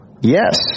Yes